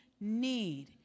need